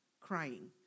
crying